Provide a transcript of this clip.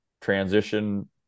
transition